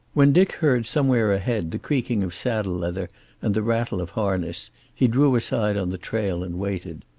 when dick heard somewhere ahead the creaking of saddle leather and the rattle of harness he drew aside on the trail and waited.